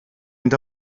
mynd